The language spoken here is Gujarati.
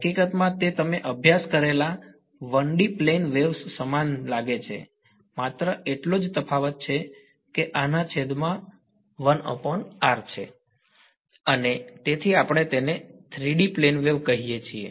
હકીકતમાં તે તમે અભ્યાસ કરેલા 1 ડી પ્લેન વેવ્સ સમાન લાગે છે માત્ર એટલો જ તફાવત છે કે આના છેદમાં છે અને તેથી આપણે તેને 3 ડી પ્લેન વેવ કહીએ છીએ